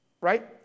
right